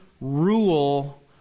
rule